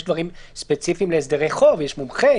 יש דברים ספציפיים להסדרי חוב: יש מומחה,